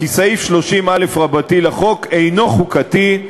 כי סעיף 30א לחוק אינו חוקתי,